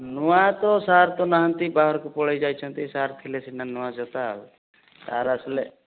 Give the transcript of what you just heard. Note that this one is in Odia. ନୂଆ ତ ସାର୍ ତ ନାହାନ୍ତି ବାହାରକୁ ପଳାଇ ଯାଇଛନ୍ତି ସାର୍ ଥିଲେ ସିନା ନୂଆ ଜୋତା ସାର୍ ଆସିଲେ